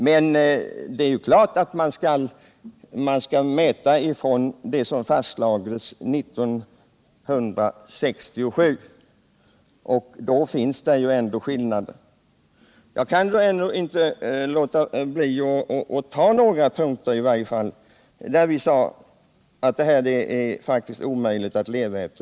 Men det är klart att man skall göra jämförelsen med den politik som fastlades 1967 — och då finns det skillnader. Jag kan inte låta bli att peka på några punkter, där vi sade att det då genomförda förslaget var omöjligt att leva efter.